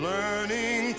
Learning